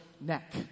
neck